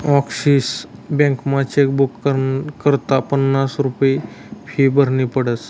Axis बॅकमा chequebook करता पन्नास रुप्या फी भरनी पडस